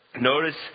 Notice